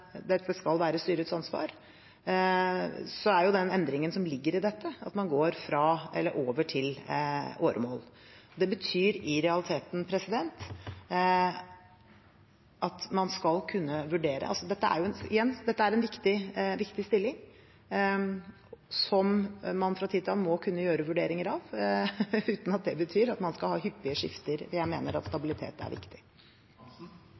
dette skal være styrets ansvar, er endringen som ligger i dette, at man går over til åremål. Det betyr i realiteten at man skal kunne vurdere. Igjen: Dette er en viktig stilling, som man fra tid til annen må kunne gjøre vurderinger av, uten at det betyr at man skal ha hyppige skifter. Jeg mener at